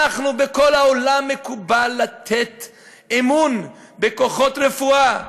בכל העולם מקובל לתת אמון בכוחות רפואה,